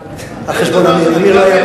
על חשבון עמיר.